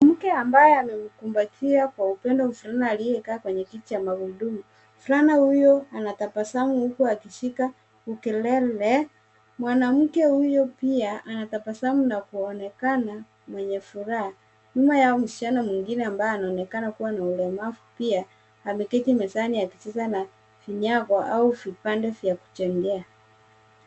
Mwanamke ambaye amemkumbatia kwa upendo mvulana aliye kwenye picha. Mvulana huyo anatabasamu huku akishika ukelele . Mwanamke huyo pia anatabasamu na kuonekana mwenye furaha. Nyuma yao, msichana mwingine ambaye anaonekana kuwa na ulemavu pia ameketi mezani na kucheza na vinyago au vipande vya kujengea.